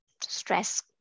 stress